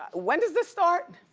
when does this start?